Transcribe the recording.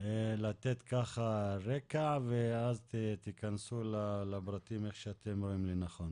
לתת רקע ואז תיכנסו לפרטים איך שאתם רואים לנכון.